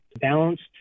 balanced